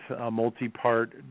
multi-part